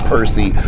Percy